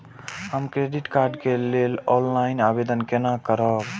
हम credit card के लेल ऑनलाइन आवेदन केना करब?